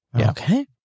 Okay